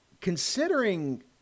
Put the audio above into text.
considering